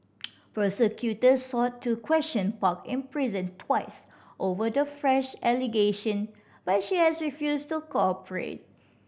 prosecutors sought to question Park in prison twice over the fresh allegation but she has refused to cooperate